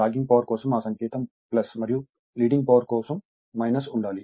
logging power కోసం ఆ సంకేతం మరియు లీడింగ్ పవర్ కోసం ఉండాలి కారకం గుర్తు ఉండాలి